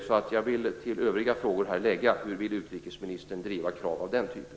Jag vill alltså till övriga frågor lägga frågan: Hur vill utrikesministern driva krav av den typen?